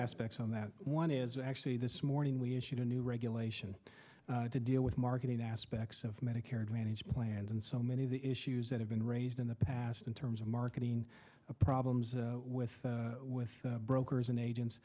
aspects on that one is actually this morning we issued a new regulation to deal with marketing aspects of medicare advantage plans and so many of the issue that have been raised in the past in terms of marketing problems with with brokers and agents